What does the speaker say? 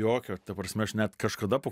jokio ta prasme aš net kažkada po